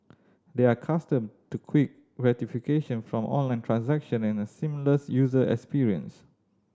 they are accustomed to quick gratification from online transaction and a seamless user experience